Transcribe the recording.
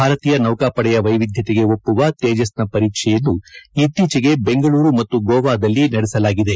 ಭಾರತೀಯ ನೌಕಾಪಡೆಯ ವೈವಿದತೆಗೆ ಒಪುವ ತೇಜಸ್ ನ ಪರೀಕೆಯನ್ನು ಇತೀಚೆಗೆ ಬೆಂಗಳೂರು ಮತ್ತು ಗೋವಾದಲ್ಲಿ ನಡೆಸಲಾಗಿದೆ